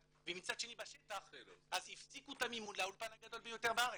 ומצד שני בשטח הפסיקו את המימון לאולפן הגדול ביותר בארץ.